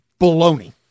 baloney